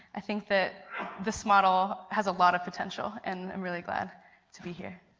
i think that this model has a lot of potential and i'm really glad to be here.